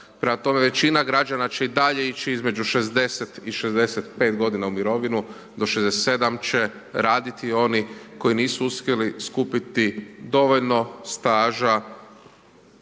Prema tome većina građana će i dalje ići između 60 i 65 u mirovinu, do 67 će raditi oni koji nisu uspjeli skupiti dovoljno staža